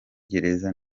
gereza